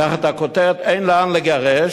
תחת הכותרת: "אין לאן לגרש"